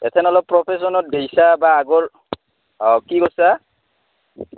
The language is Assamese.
এথেন অলপ প্ৰফেশ্যনত গেইছা বা আগৰ অঁ কি কৰছা